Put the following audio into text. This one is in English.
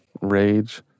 rage